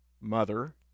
mother